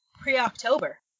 pre-October